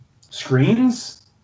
Screens